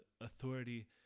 authority